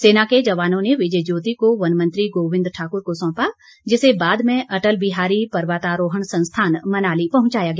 सेना के जवानों ने विजय ज्योति को वन मंत्री गोविंद ठाकुर को सौंपा जिसे बाद में अटल बिहारी पर्वतारोहण संस्थान मनाली पहुंचाया गया